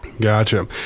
Gotcha